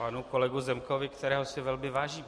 Panu kolegovi Zemkovi, kterého si velmi vážím.